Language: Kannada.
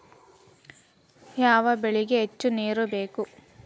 ಯಾವ ಬೆಳಿಗೆ ಹೆಚ್ಚು ನೇರು ಬೇಕು?